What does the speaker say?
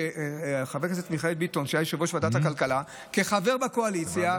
כשחבר הכנסת מיכאל ביטון היה יושב-ראש ועדת הכלכלה כחבר בקואליציה,